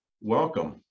Welcome